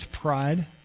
pride